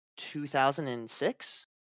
2006